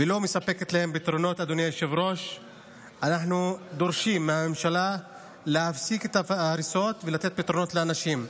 וגם פנינו לראש הממשלה על מנת להפסיק את מסע ההרס הזה של הבתים של